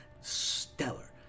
stellar